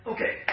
Okay